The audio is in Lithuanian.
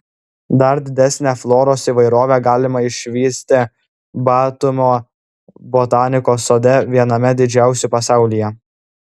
dar didesnę floros įvairovę galima išvysti batumio botanikos sode viename didžiausių pasaulyje